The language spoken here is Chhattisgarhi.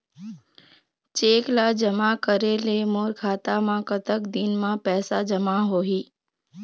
चेक ला जमा करे ले मोर खाता मा कतक दिन मा पैसा जमा होही?